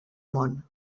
món